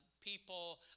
People